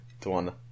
Tawanda